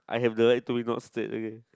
I have the right to be not state okay